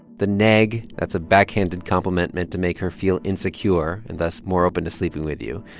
the neg that's a backhanded compliment meant to make her feel insecure and thus more open to sleeping with you.